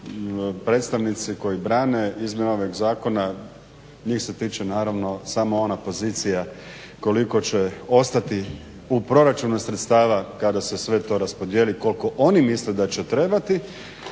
predstavnici koji brane izmjene ovog zakona njih se tiče naravno samo ona pozicija koliko će ostati u proračunu sredstava kada se sve to raspodijeli koliko oni misle da će trebati,